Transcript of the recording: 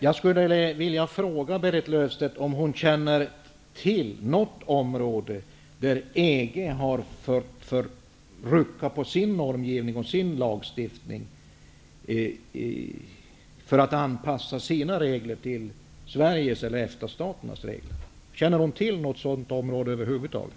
Jag skulle vilja fråga Berit Löfstedt om hon känner till något område där EG har fått rucka på sin normgivning och lagstiftning för att anpassa sina regler till Sveriges eller EFTA-staternas regler. Känner Berit Löfstedt till något sådant område över huvud taget?